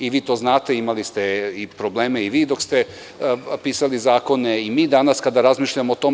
Vi to znate, imali ste probleme i vi dok ste pisali zakone i danas kada razmišljamo o tome.